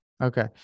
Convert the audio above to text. Okay